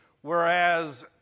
whereas